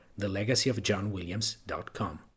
thelegacyofjohnwilliams.com